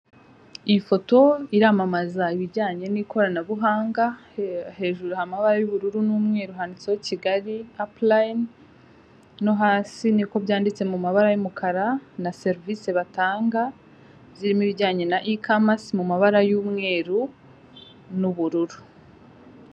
Ifoto iramamaza ibijyanye n'ikoranabuhanga hejuru hari amabara y'ubururu n'umweru kigali apuline no hasi niko byanditse mu mabara y'umukara na serivise batanga zirimo ibijyanye ne E-kamase mu mu mabara y'umweru n'ubururu.